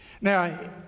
now